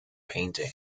painting